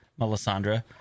Melisandre